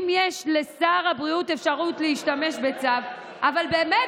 אם יש לשר הבריאות אפשרות להשתמש בצו ובאמת